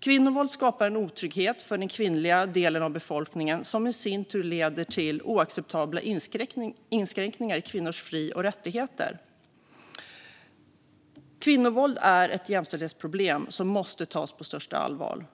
Kvinnovåld skapar en otrygghet för den kvinnliga delen av befolkningen, som i sin tur leder till oacceptabla inskränkningar i kvinnors fri och rättigheter. Kvinnovåld är ett jämställdhetsproblem som måste tas på största allvar.